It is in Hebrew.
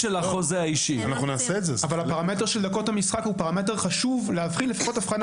דקות המשחק הוא פרמטר חשוב להבחין לפחות הבחנה